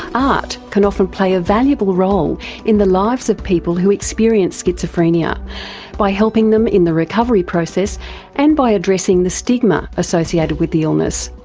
art can often play a valuable role in the lives of people who experience schizophrenia by helping them in the recovery process and by addressing the stigma associated with the illness.